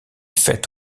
fête